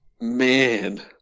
Man